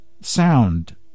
sound